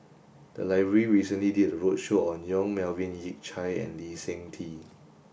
the library recently did a roadshow on Yong Melvin Yik Chye and Lee Seng Tee